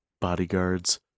bodyguards